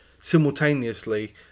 simultaneously